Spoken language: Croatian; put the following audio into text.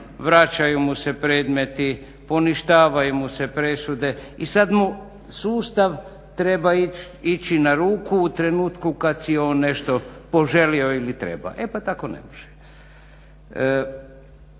vraćaju mu se predmeti, poništavaju mu se presude i sad mu sustav treba ići na ruku u trenutku kad si on nešto poželio ili treba. E pa tako ne može.